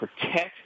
protect